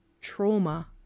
trauma